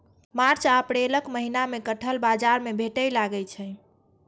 मार्च आ अप्रैलक महीना मे कटहल बाजार मे भेटै लागै छै